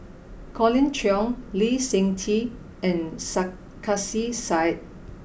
Colin Cheong Lee Seng Tee and Sarkasi Said